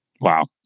Wow